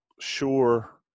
sure